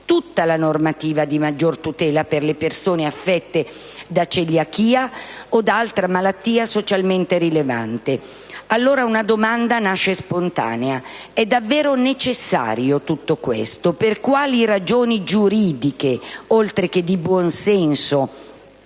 tutta la normativa di maggior tutela per le persone affette da celiachia o altra malattia socialmente rilevante. Allora, una domanda nasce spontanea: è davvero necessario tutto questo? Per ragioni giuridiche, oltre che di buon senso,